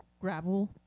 gravel